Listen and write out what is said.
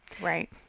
right